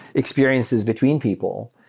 experiences between people,